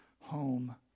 home